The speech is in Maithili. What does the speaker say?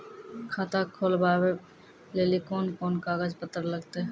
खाता खोलबाबय लेली कोंन कोंन कागज पत्तर लगतै?